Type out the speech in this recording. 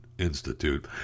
Institute